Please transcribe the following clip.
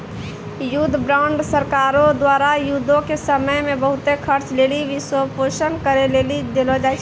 युद्ध बांड सरकारो द्वारा युद्धो के समय मे बहुते खर्चा लेली वित्तपोषन करै लेली देलो जाय छै